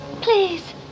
Please